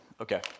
Okay